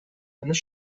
eines